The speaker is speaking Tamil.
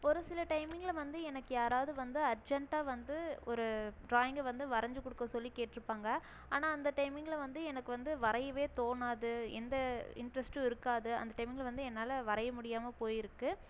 ஒரு சில டைமிங்கில் வந்து எனக்கு யாராவது வந்து அர்ஜென்டாக வந்து ஒரு ட்ராயிங்கை வந்து வரைஞ்சு கொடுக்க சொல்லி கேட்டிருப்பாங்க ஆனால் அந்த டைமிங்கில் வந்து எனக்கு வந்து வரையவே தோணாது எந்த இன்ட்ரெஸ்ட்டும் இருக்காது அந்த டைமிங்கில் வந்து என்னால் வரைய முடியாமல் போயிருக்குது